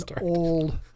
old